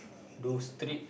do street